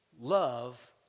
love